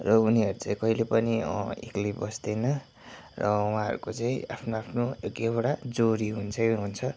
र उनीहरू चाहिँ कहिले पनि एक्लै बस्दैन र उहाँहरूको चाहिँ आफ्नो आफ्नो एक एकवटा जोडी हुन्छै हुन्छ